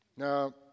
Now